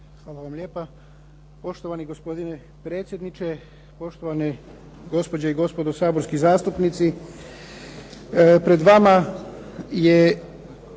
Hvala vam lijepa. Poštovani gospodine predsjedniče, poštovani gospođe i gospodo saborski zastupnici. Pred vama je